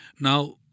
Now